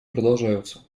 продолжаются